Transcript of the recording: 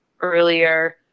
earlier